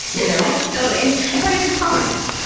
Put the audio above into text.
you know? totally. and and part of it's tolerance.